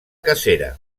cacera